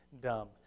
dumb